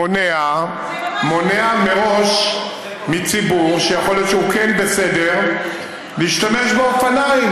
-- מונע מראש מציבור שיכול להיות שהוא כן בסדר להשתמש באופניים.